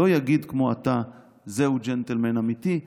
לא יגיד כמו עתה: 'זהו ג'נטלמן אמיתי!',